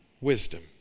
wisdom